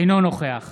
אינו נוכח